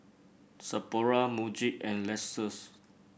Sephora Muji and Lexus